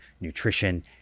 nutrition